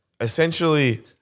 essentially